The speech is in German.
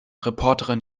reporterin